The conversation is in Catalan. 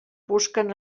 busquen